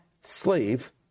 slave